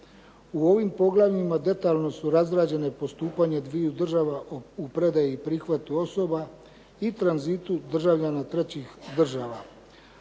U ovim poglavljima detaljno su razrađena postupanja dviju država u predaji i prihvatu osoba i tranzitu državljana trećih država,